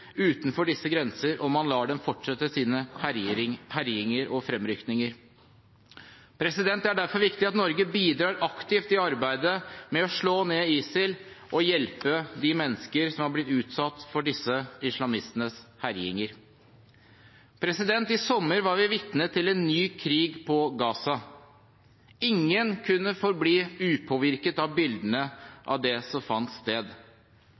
utenfor disse grenser om man lar dem fortsette sine herjinger og fremrykninger. Det er derfor viktig at Norge bidrar aktivt i arbeidet med å slå ned ISIL og hjelpe de mennesker som har blitt utsatt for disse islamistenes herjinger. I sommer var vi vitne til en ny krig i Gaza. Ingen kunne forbli upåvirket av bildene av det som fant sted.